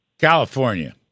California